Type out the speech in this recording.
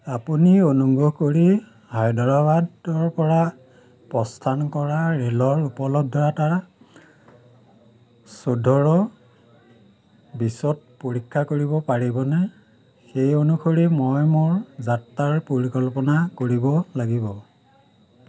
আপুনি অনুগ্ৰহ কৰি হায়দৰাবাদৰপৰা প্ৰস্থান কৰা ৰে'লৰ উপলব্ধতা চৈধ্য বিছত পৰীক্ষা কৰিব পাৰিবনে সেই অনুসৰি মই মোৰ যাত্ৰাৰ পৰিকল্পনা কৰিব লাগিব